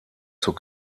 zur